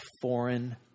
foreign